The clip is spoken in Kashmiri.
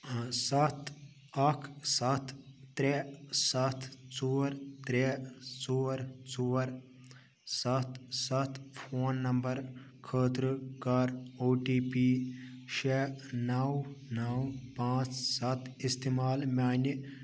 ٲں ستھ اکھ ستھ ترٛےٚ ستھ ژور ترٛےٚ ژور ژور ستھ ستھ فون نمبر خٲطرٕ کر او ٹی پی شےٚ نَو نَو پانٛژھ ستھ استعمال میٛانہِ